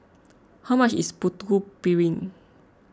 how much is Putu Piring